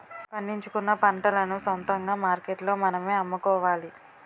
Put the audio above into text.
పండించుకున్న పంటలను సొంతంగా మార్కెట్లో మనమే అమ్ముకోవాలి